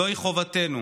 זוהי חובתנו,